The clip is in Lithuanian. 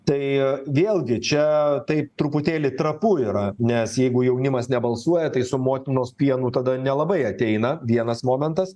tai vėlgi čia taip truputėlį trapu yra nes jeigu jaunimas nebalsuoja tai su motinos pienu tada nelabai ateina vienas momentas